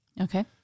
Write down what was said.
Okay